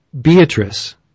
Beatrice